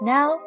Now